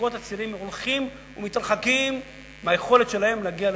הזוגות הצעירים הולכים ומתרחקים מהיכולת שלהם להגיע לדירה.